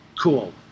cool